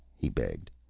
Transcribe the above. he begged.